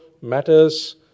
matters